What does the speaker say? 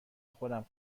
خودم